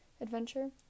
Adventure